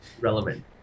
relevant